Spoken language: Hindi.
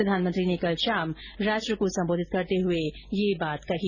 प्रधानमंत्री ने कल शाम राष्ट्र को संबोधित करते हुए ये बात कही